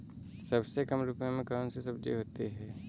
सबसे कम रुपये में कौन सी सब्जी होती है?